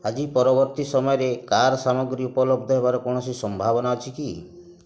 ଆଜି ପରବର୍ତ୍ତୀ ସମୟରେ କା ସାମଗ୍ରୀ ଉପଲବ୍ଧ ହେବାର କୌଣସି ସମ୍ଭାବନା ଅଛି କି